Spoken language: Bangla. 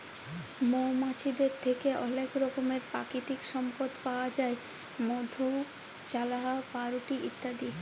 মমাছিদের থ্যাকে অলেক রকমের পাকিতিক সম্পদ পাউয়া যায় মধু, চাল্লাহ, পাউরুটি ইত্যাদি